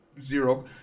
zero